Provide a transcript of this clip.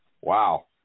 Wow